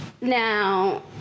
Now